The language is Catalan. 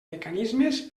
mecanismes